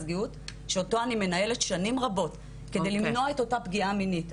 גאות שאותו אני מנהלת שנים רבות כדי למנוע את אותה פגיעה מינית,